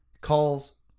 calls